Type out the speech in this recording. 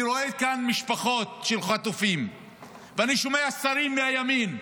אני רואה כאן משפחות של חטופים ואני שומע שרים מהימין שאומרים: